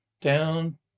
Down